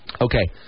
Okay